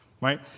Right